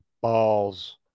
Balls